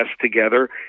together